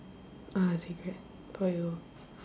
ah cigarette for you